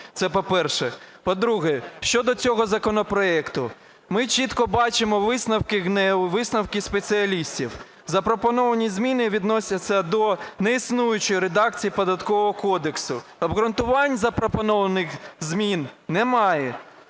Це по-перше. По-друге, щодо цього законопроекту. Ми чітко бачимо висновки ГНЕУ, висновки спеціалістів. Запропоновані зміни відносяться до неіснуючої редакції Податкового кодексу, обґрунтувань запропонованих змін немає.